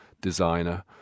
designer